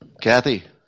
Kathy